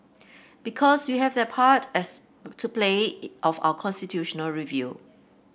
because we have that part as to play of our constitutional review